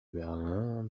berlin